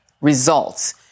results